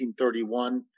1931